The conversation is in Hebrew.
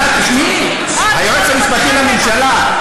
היועץ המשפטי לממשלה,